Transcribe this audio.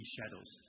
Shadows